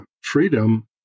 freedom